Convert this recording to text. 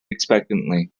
expectantly